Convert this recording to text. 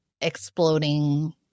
exploding